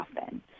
often